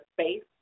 space